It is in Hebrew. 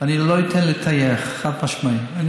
אני לא אתן לטייח, חד-משמעית.